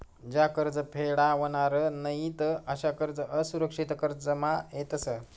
ज्या कर्ज फेडावनार नयीत अशा कर्ज असुरक्षित कर्जमा येतस